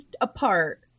apart